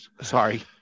Sorry